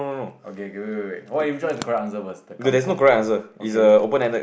okay okay wait wait wait which one is the correct answer first the kampung okay